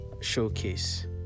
showcase